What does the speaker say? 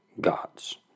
gods